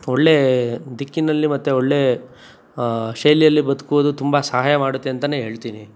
ಒಳ್ಳೇ ದಿಕ್ಕಿನಲ್ಲಿ ಮತ್ತು ಒಳ್ಳೆ ಶೈಲಿಯಲ್ಲಿ ಬದುಕುವುದು ತುಂಬ ಸಹಾಯ ಮಾಡುತ್ತೆ ಅಂತ ಹೇಳ್ತಿನಿ